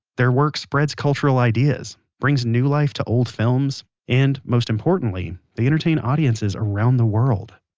their work spreads cultural ideas, brings new life to old films, and, most importantly, they entertain audiences around the world